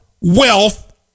wealth